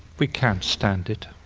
we can't stand it,